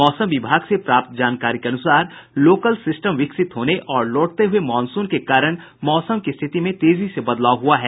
मौसम विभाग से प्राप्त जानकारी के अनूसार लोकल सिस्टम विकसित होने और लौटते हुए मानसून के कारण मौसम की स्थिति में तेजी से बदलाव हुआ है